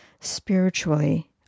spiritually